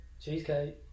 cheesecake